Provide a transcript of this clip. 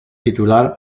titular